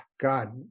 God